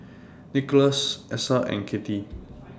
Nikolas Essa and Kathey